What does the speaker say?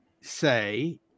say